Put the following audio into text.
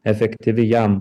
efektyvi jam